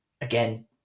Again